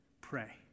pray